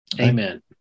Amen